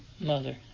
mother